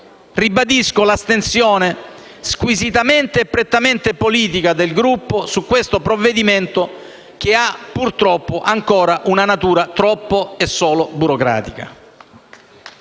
ribadisco l'astensione squisitamente e prettamente politica del Gruppo su questo provvedimento, che ha purtroppo una natura troppo e solo burocratica.